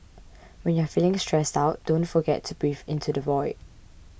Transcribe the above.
when you are feeling stressed out don't forget to breathe into the void